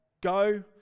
Go